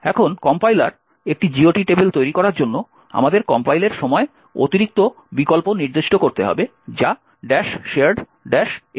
এখন কম্পাইলার একটি GOT table তৈরি করার জন্য আমাদের কম্পাইলের সময় অতিরিক্ত বিকল্প নির্দিষ্ট করতে হবে যা shared fpic